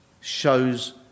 shows